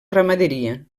ramaderia